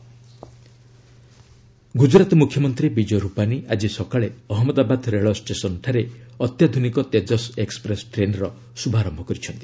Gujarat Tejas express Gujarat ମୁଖ୍ୟମନ୍ତ୍ରୀ ବିଜୟ ରୂପାନୀ ଆଜି ସକାଳେ ଅହନ୍ନଦାବାଦ ରେଳଷ୍ଟେସନଠାରେ ଅତ୍ୟାଧୁନିକ ତେଜସ ଏକ୍ଟ୍ରେସ୍ ଟ୍ରେନ୍ର ଶ୍ରଭାରମ୍ଭ କରିଛନ୍ତି